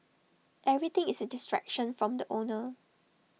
everything is A distraction from the owner